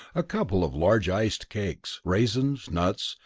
a couple of large iced cakes, raisins, nuts,